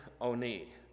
Oni